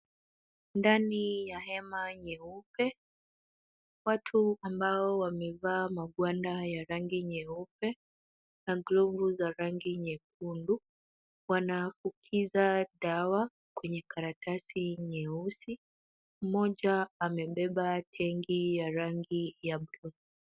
Ndani ya hema nyeupe, watu ambao wamevaa magwanda ya rangi nyeupe na glovu za rangi nyekundu, wanapukiza dawa kwenye karatasi nyeusi. Mmoja amebeba tanki ya rangi ya buluu.